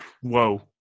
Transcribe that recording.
Whoa